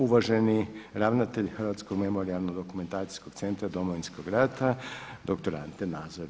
Uvaženi ravnatelj Hrvatskog memorijalno-dokumentacijskog centra Domovinskog rata, dr. Ante Nazor.